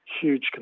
huge